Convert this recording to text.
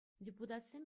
депутатсем